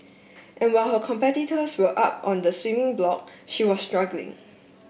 and while her competitors were up on the swimming block she was struggling